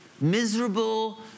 miserable